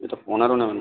এটা পনেরো নেবেন